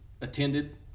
attended